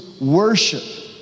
worship